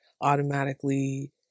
automatically